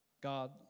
God